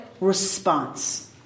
response